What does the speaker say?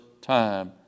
time